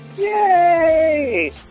Yay